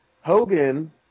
Hogan